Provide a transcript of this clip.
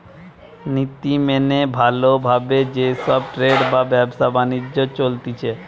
নীতি মেনে ভালো ভাবে যে সব ট্রেড বা ব্যবসা বাণিজ্য চলতিছে